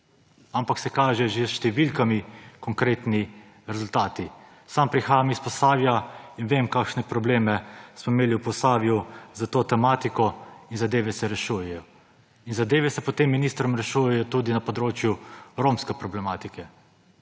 ampak se kažejo že s številkami konkretni rezultati. Sam prihajam iz Posavja in vem, kakšne probleme smo imeli v Posavju s to tematiko; in zadeve se rešujejo. In zadeve se pod tem ministrom rešujejo tudi na področju romske problematike.